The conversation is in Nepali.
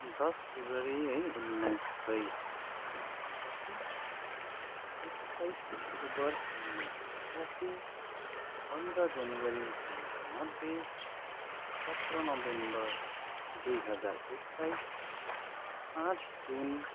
दस फेब्रुअरी है उन्नाइस सय अठासी एक्काइस अक्टोबर उन्नाइस सय पचासी पन्ध्र जनवरी उन्नाइस सय नब्बे सत्र नोभेम्बर दुई हजार एक्काइस पाँच जुन